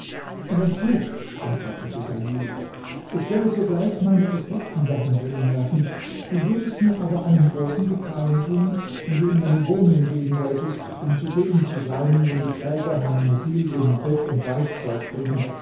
recht gut antwortete dalilah ich werde sogleich meine effekten dahin bringen lassen du würdest mir aber einen großen gefallen tun wenn du in meine wohnung gehen wolltest um zugegen zu sein wenn die träger meine mobilien bett und weißzeug bringen